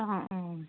അഹാ